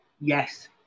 Yes